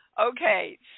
Okay